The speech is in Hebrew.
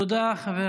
תודה, חבר